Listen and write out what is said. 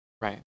Right